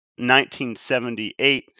1978